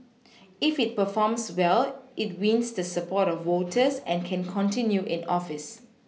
if it performs well it wins the support of voters and can continue in office